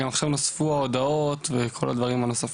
ועכשיו נוספו ההודעות וכל הדברים הנוספים.